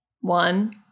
One